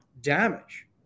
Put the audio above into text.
damage